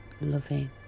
loving